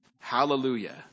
Hallelujah